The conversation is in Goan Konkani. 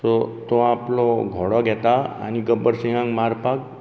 सो तो आपलो घोडा घेता आनी गब्बर सिंगाक मारपाक